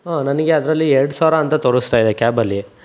ಹಾಂ ನನಗೆ ಅದರಲ್ಲಿ ಎರಡು ಸಾವಿರ ಅಂತ ತೋರಿಸ್ತಾ ಇದೆ ಕ್ಯಾಬಲ್ಲಿ